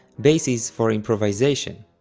basis for improvisation.